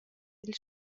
dil